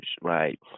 right